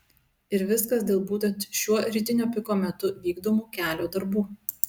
ir viskas dėl būtent šiuo rytinio piko metu vykdomų kelio darbų